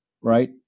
right